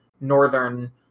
northern